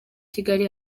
kigali